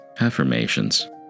Affirmations